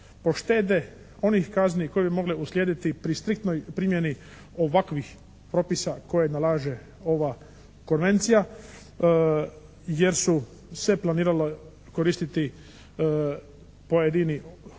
onih kazni koje bi mogle usljediti pri striktnoj primjeni ovakvih propisa koje nalaže ova konvencija, jer su se planiralo koristiti pojedini